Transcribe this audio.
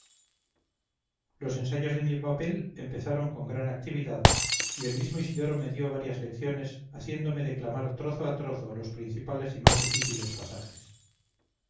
los ensayos de mi papel empezaron con gran actividad y el mismo isidoro me dio varias lecciones haciéndome declamar trozo a trozo los principales y más difíciles pasajes